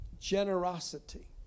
generosity